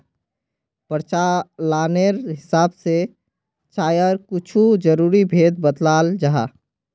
प्रचालानेर हिसाब से चायर कुछु ज़रूरी भेद बत्लाल जाहा